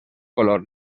colors